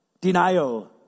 denial